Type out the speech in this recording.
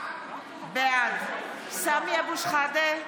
בעד סמי אבו שחאדה,